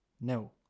No